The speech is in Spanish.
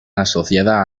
asociada